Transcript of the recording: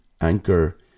Anchor